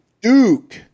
Duke